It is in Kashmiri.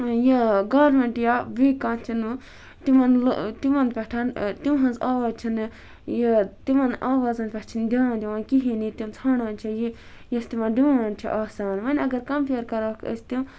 یہِ گورمیٚنٹ یا بیٚیہِ کانٛہہ چھِنہٕ تِمَن لٕ تِمن پیٹھ تِہٕنٛز آواز چھِنہٕ یہِ تِمَن آوازَن پیٹھ چھِنہٕ دیان دِوان کِہیٖنۍ یِہ تِم ژھانٛڈان چھِ یہِ یۄس تِمَن ڈِمانٛڈ چھِ آسان وۄنۍ اگر کَمپیر کَروکھ أسۍ تِم